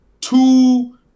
two